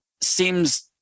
seems –